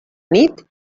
nit